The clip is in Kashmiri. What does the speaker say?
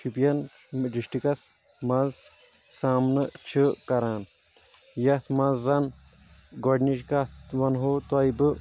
شُپین ڈسٹکَس منٛز سامنہٕ چھِ کران یتھ منٛز زن گۄڈنِچ کتھ ونہو تۄہہِ بہٕ